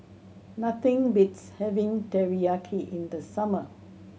nothing beats having Teriyaki in the summer